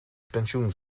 pensioen